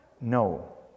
No